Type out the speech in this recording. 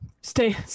Stay